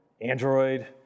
Android